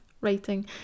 writing